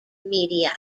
media